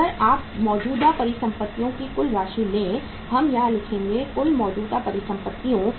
अगर आप अब मौजूदा परिसंपत्तियों की कुल राशि ले हम यहाँ लिखेंगे कुल मौजूदा परिसंपत्तियों